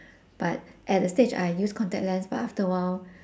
but at a stage I use contact lens but after a while